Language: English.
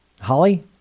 Holly